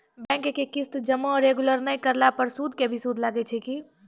Bank के किस्त जमा रेगुलर नै करला पर सुद के भी सुद लागै छै कि?